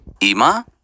Ima